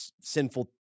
sinful